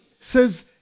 says